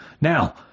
Now